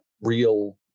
real